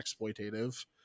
exploitative